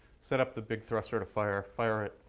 set up the big thruster to fire, fire it,